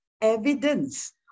evidence